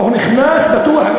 לא, הוא נכנס, בטוח.